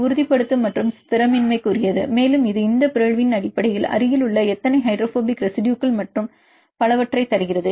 இது உறுதிப்படுத்தும் மற்றும் ஸ்திரமின்மைக்குரியது மேலும் இது இந்த பிறழ்வின் அடிப்படையில் அருகிலுள்ள எத்தனை ஹைட்ரோபோபிக் ரெசிடுயுகள் மற்றும் பலவற்றைத் தருகிறது